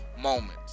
moments